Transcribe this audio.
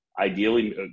Ideally